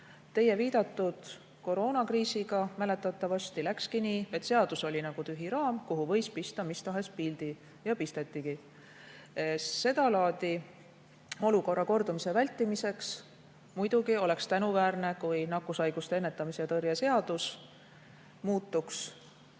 Teie viidatud koroonakriisiga mäletatavasti läkski nii, et seadus oli nagu tühi raam, kuhu võis pista mis tahes pildi. Nii tehtigi. Seda laadi olukorra kordumise vältimiseks muidugi oleks tänuväärne, kui nakkushaiguste ennetamise ja tõrje seadus muutuks